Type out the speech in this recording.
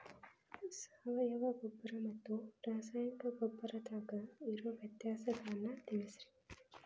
ಸಾವಯವ ಗೊಬ್ಬರ ಮತ್ತ ರಾಸಾಯನಿಕ ಗೊಬ್ಬರದಾಗ ಇರೋ ವ್ಯತ್ಯಾಸಗಳನ್ನ ತಿಳಸ್ರಿ